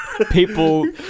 People